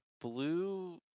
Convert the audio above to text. blue